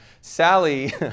Sally